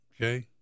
Okay